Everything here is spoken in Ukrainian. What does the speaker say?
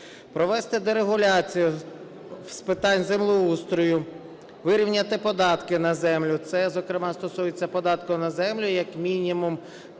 Провести дерегуляцію з питань землеустрою, вирівняти податки на землю. Це, зокрема, стосується податку на землю, як мінімум